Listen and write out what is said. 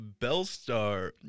Bellstar